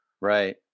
right